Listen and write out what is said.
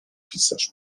pisarz